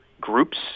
groups